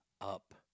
up